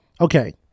okay